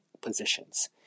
positions